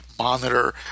monitor